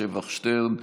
שבח שטרן,